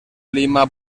lima